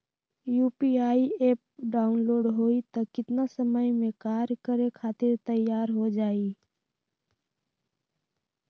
UPI app download होई त कितना समय मे कार्य करे खातीर तैयार हो जाई?